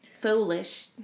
foolish